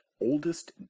oldest